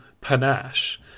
panache